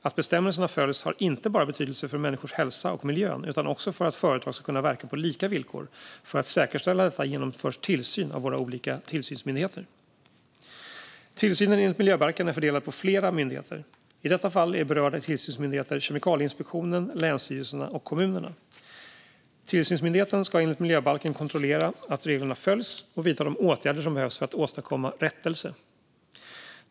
Att bestämmelserna följs har inte bara betydelse för människors hälsa och miljön utan också för att företag ska kunna verka på lika villkor. För att säkerställa detta genomförs tillsyn av våra olika tillsynsmyndigheter. Tillsynen enligt miljöbalken är fördelad på flera myndigheter. I detta fall är berörda tillsynsmyndigheter Kemikalieinspektionen, länsstyrelserna och kommunerna. Tillsynsmyndigheten ska enligt miljöbalken kontrollera att reglerna följs och vidta de åtgärder som behövs för att åstadkomma rättelse.